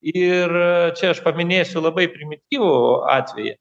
ir čia aš paminėsiu labai primityvų atvejį